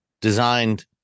designed